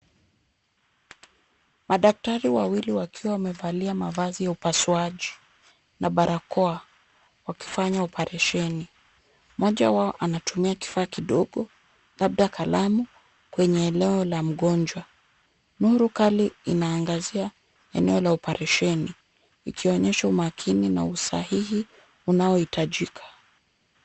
Madaktari wawili wakiwa wamevalia mavazi ya upasuaji na barakoa ,wakifanya oparesheni ,mmoja wao anatumia kifaa kidogo labda kalamu kwenye eneo la mgonjwa , Nuru Kali inaangazia eneo la oparesheni ikionyesha umaakini na usahihi unaohitajika .